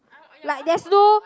like there's no